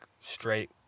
straight